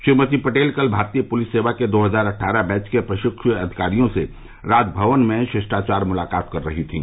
श्रीमती पटेल कल भारतीय पुलिस सेवा दो हजार अट्ठारह बैच के प्रशिक्ष् अधिकारियों से राजभवन में शिष्टाचार मुलाकात कर रही थीं